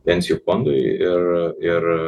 pensijų fondui ir ir